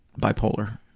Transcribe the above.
bipolar